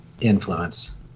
influence